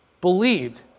believed